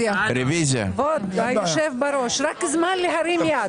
כבוד היושב בראש, זמן להרים יד.